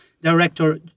Director